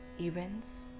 events